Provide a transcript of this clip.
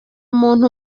muntu